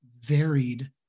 varied